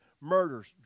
murders